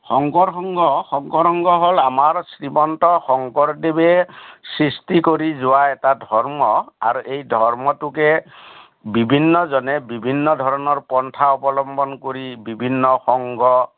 শংকৰ সংঘ শংকৰ শংঘ হ'ল আমাৰ শ্ৰীমন্ত শংকৰদেৱে সৃষ্টি কৰি যোৱা এটা ধৰ্ম আৰু এই ধৰ্মটোকে বিভিন্নজনে বিভিন্ন ধৰণৰ পন্থা অৱলম্বন কৰি বিভিন্ন সংঘ